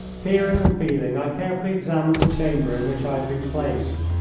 peering and feeling, i carefully examined the chamber in which i had been placed.